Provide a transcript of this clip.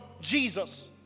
Jesus